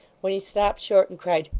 when he stopped short and cried,